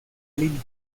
línea